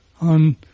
on